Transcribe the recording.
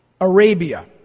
Arabia